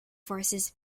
forces